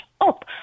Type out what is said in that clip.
up